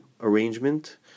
arrangement